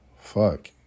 fuck